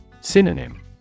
Synonym